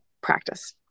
practice